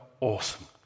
awesome